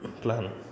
Plan